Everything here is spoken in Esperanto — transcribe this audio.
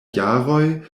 jaroj